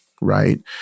right